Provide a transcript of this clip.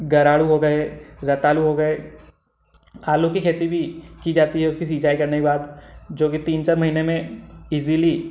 गराड़ू हो गए रतालू हो गए आलू की खेती भी की जाती है उसकी सिंचाई करने के बाद जो कि तीन चार महीने में ईज़ीली